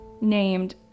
named